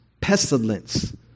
Pestilence